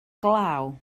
glaw